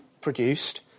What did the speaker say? produced